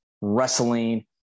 wrestling